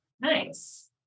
Nice